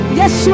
yes